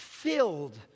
filled